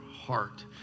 heart